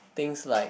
things like